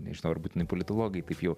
nežinau ar būtinai politologai taip jau